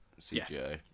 CGI